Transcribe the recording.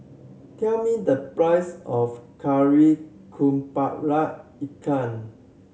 tell me the price of Kari Kepala Ikan